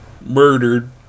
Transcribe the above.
murdered